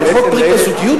אבל חוק ברית הזוגיות,